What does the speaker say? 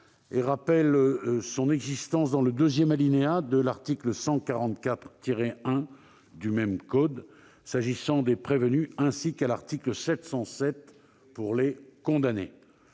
et rappelle son existence dans un nouvel alinéa de l'article 144-1 du même code s'agissant des prévenus, ainsi qu'à l'article 707 pour les condamnés.